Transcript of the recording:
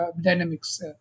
dynamics